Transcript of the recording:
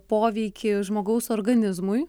poveikį žmogaus organizmui